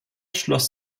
schloss